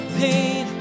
pain